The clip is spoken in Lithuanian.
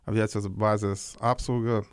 aviacijos bazės apsaugą